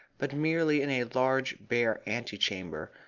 but merely in a large bare ante-chamber,